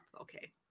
okay